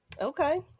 Okay